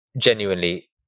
genuinely